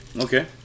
okay